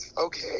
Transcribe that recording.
Okay